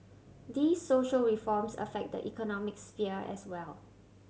these social reforms affect the economic sphere as well